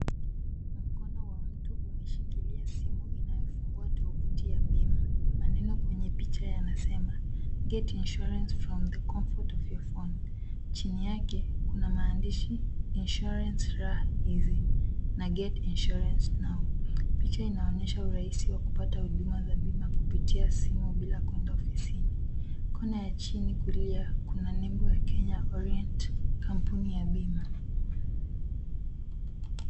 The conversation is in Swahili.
Mkono wa mtu umeshikilia simu inayofungua tovuti ya bima. Maneno kwenye picha yanasema get your insurance from the comfort of your phone . Chini yake kuna maandishi insurance rah-easy na get insurance now . Picha inaonyesha urahisi wa kupata bima kupitia simu bila kwenda ofisini. Kona ya chini kulia kuna nembo ya Kenya Orient kampuni ya bima.